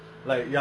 oh